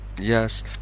yes